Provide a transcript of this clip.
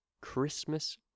Christmas